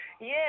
Yes